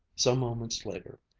some moments later,